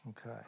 Okay